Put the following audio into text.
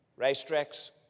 Racetracks